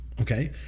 Okay